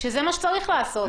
שזה מה שצריך לעשות.